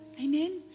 Amen